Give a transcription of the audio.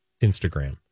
Instagram